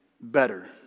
better